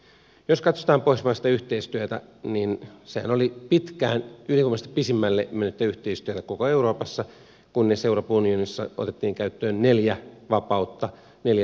jos katsotaan pohjoismaista yhteistyötä niin sehän oli pitkään ylivoimaisesti pisimmälle mennyttä yhteistyötä koko euroopassa kunnes euroopan unionissa otettiin käyttöön neljä vapautta neljä liikkuvuutta